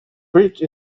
bridge